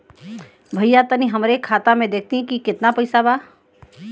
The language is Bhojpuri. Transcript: भईया तनि हमरे खाता में देखती की कितना पइसा बा?